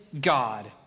God